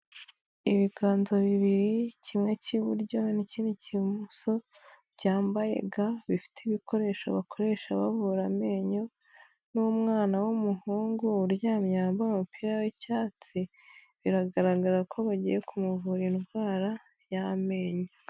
Ibiganza bibiri kimwe cy'iburyo n'ikindi kimoso, byambaye ga bifite ibikoresho bakoresha baVura amenyo n'umwana w'umuhungu uryamye yambaye umupira w'icyatsi biragaragara ko bagiye kumuvura indwara y'amenyo.